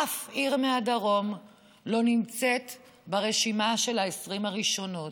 אף עיר מהדרום לא נמצאת ברשימת ה-20 הראשונות.